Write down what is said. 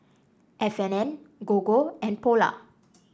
F and N Gogo and Polar